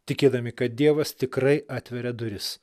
tikėdami kad dievas tikrai atveria duris